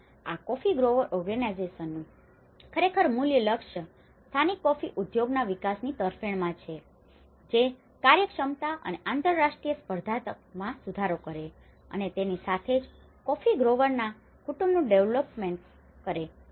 આમ આ coffee grower ઓર્ગેનાયઝેસનનું coffee growers organizations કોફી ઉગાડનારા સંગઠનો ખરેખર મુખ્ય લક્ષ્ય સ્થાનિક કોફી ઉદ્યોગના વિકાસની તરફેણમાં છે જે કાર્યક્ષમતા અને આંતરરાષ્ટ્રીય સ્પર્ધાત્મકતામાં સુધારો કરે છે અને તેની સાથે જ કોફી ગ્રોવરના coffee growersકોફી ઉગાડનારા કુટુંબનનું ડેવલોપમેન્ટ development અભિન્ન વિકાસ